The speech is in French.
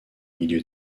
milieu